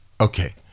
okay